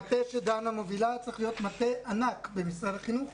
המטה שדנה פרידמן מובילה צריך להיות מטה ענק במשרד החינוך,